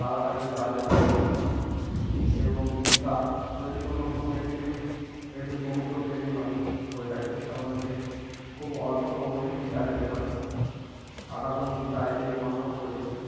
তাড়াতাড়ি যাওয়া যাবে পুরী এবং দীঘা যদি কোনো কোনো ব্যাক্তি এট্টু সমুদ্রপ্রেমী হয় হয়ে থাকে তাহলে সে খুব অল্প সময়ে দীঘা যেতে পারে আধারন দীঘায় এই মনোরম পরিবেশে